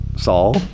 Saul